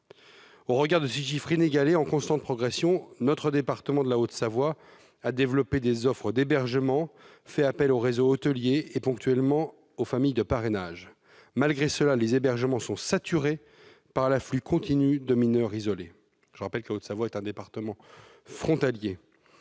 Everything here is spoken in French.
Au regard de ces chiffres inégalés, en constante progression, le département de la Haute-Savoie a développé des offres d'hébergement, fait appel au réseau hôtelier et, ponctuellement, aux familles de parrainage. Malgré cela, les hébergements sont saturés par l'afflux continu de mineurs isolés- je rappelle que la Haute-Savoie est un département frontalier.